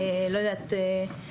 לא יודעת,